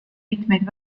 mitmeid